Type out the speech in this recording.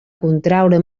contraure